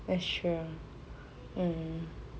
that's true um